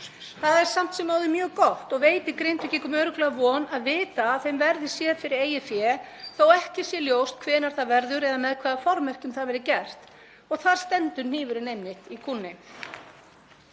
Það er samt sem áður mjög gott og veitir Grindvíkingum örugglega von að vita að þeim verði séð fyrir eigin fé þó að ekki sé ljóst hvenær það verður eða undir hvaða formerkjum það verði gert. Og þar stendur hnífurinn einmitt í kúnni.